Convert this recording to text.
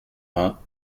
vingts